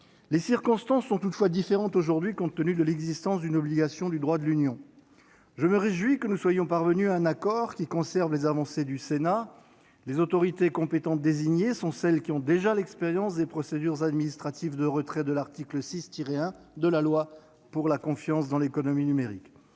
Les circonstances sont toutefois différentes aujourd'hui, compte tenu de l'existence d'une obligation du droit de l'Union. Je me réjouis que nous soyons parvenus à un accord qui conserve les avancées du Sénat. Les autorités compétentes désignées sont celles qui ont déjà l'expérience des procédures administratives de retrait de l'article 6-1 de la loi pour la confiance dans l'économie numérique.